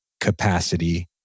capacity